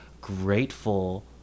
grateful